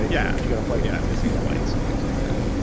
yeah if you've got a flight yeah, missing flights and things like that,